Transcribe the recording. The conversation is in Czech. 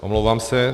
Omlouvám se.